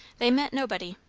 they met nobody.